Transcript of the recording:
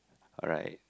alright